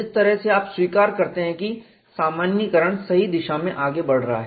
जिस तरह से आप स्वीकार करते हैं कि सामान्यीकरण सही दिशा में आगे बढ़ रहा है